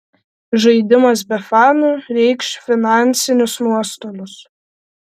žaidimas be fanų reikš finansinius nuostolius